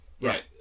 Right